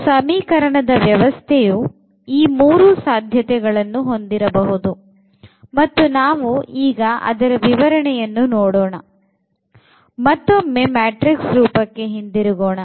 ಒಂದು ಸಮೀಕರಣದ ವ್ಯವಸ್ಥೆಯು ಈ ಮೂರು ಸಾಧ್ಯತೆಗಳನ್ನು ಹೊಂದಿರಬಹುದು ಮತ್ತು ನಾವು ಈಗ ಅದರ ವಿವರಣೆಯನ್ನು ನೋಡೋಣ ಮತ್ತೊಮ್ಮೆ ಮ್ಯಾಟ್ರಿಕ್ಸ್ ರೂಪಕ್ಕೆ ಹಿಂದಿರುಗೋಣ